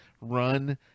run